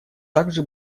также